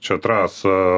čia trasą